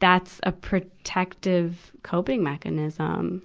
that's a protective coping mechanism.